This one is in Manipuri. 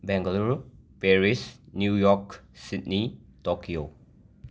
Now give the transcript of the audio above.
Bengaluru Paris New York Sydney Tokyo